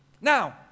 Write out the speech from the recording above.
Now